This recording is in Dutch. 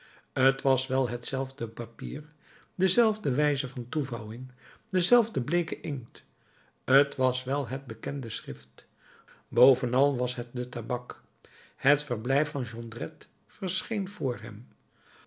t was wel hetzelfde papier dezelfde wijze van toevouwing dezelfde bleeke inkt t was wel het bekende schrift bovenal was het de tabak het verblijf van jondrette verscheen voor hem